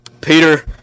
Peter